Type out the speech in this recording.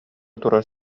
турар